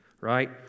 right